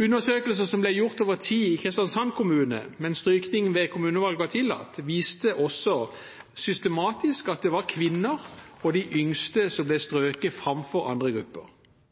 Undersøkelser som ble gjort over tid i Kristiansand kommune mens strykning ved kommunevalg var tillatt, viste også at det systematisk var kvinner og de yngste som ble